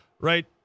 right